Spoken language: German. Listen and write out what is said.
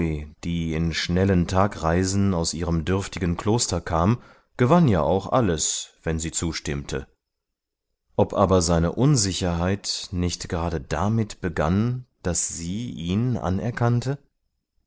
die in schnellen tagreisen aus ihrem dürftigen kloster kam gewann ja auch alles wenn sie zustimmte ob aber seine unsicherheit nicht gerade damit begann daß sie ihn anerkannte